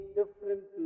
different